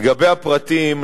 לגבי הפרטים,